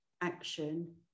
action